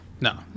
no